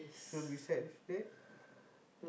so besides that